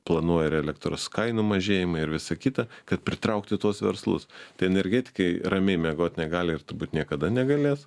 planuoja ir elektros kainų mažėjimą ir visa kita kad pritraukti tuos verslus tai energetikai ramiai miegot negali ir turbūt niekada negalės